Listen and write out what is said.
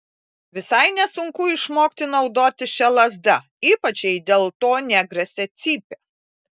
visai nesunku išmokti naudotis šia lazda ypač jei dėl to negresia cypė